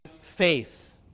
faith